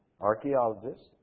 archaeologists